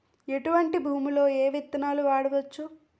ఎటువంటి భూమిలో ఏ విత్తనాలు వాడవచ్చు?